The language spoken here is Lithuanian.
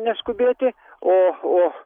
neskubėti o o